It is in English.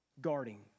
guarding